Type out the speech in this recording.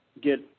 get